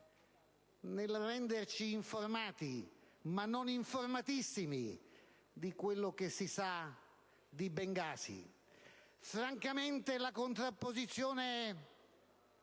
nel renderci informati, ma non informatissimi, di quello che si sa di Bengasi. Francamente, la contrapposizione